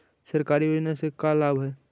सरकारी योजना से का लाभ है?